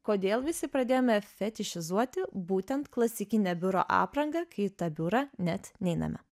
kodėl visi pradėjome fetišizuoti būtent klasikinę biuro aprangą kai į tą biurą net neiname